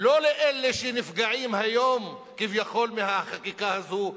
לא לאלה שנפגעים היום, כביכול, מהחקיקה הזאת,